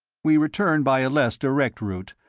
we returned by a less direct route,